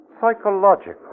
psychological